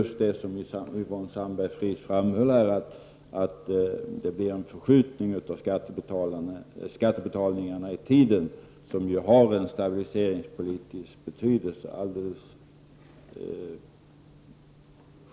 Som Yvonne Sandberg Fries framhöll blir det en förskjutning i tiden av skatteinbetalningarna, vilket självfallet har en stabiliseringpolitisk betydelse.